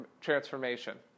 transformation